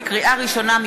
לקריאה ראשונה,